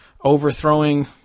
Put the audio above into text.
overthrowing